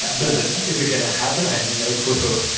does it is it going to happen? i have no clue.